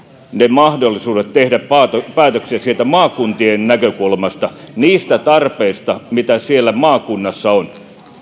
mahdollisuudet tehdä päätöksiä siitä maakuntien näkökulmasta lähtien niistä tarpeista mitä siellä maakunnissa on